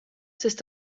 sest